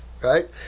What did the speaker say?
right